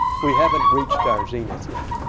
we haven't reached our zenith yet.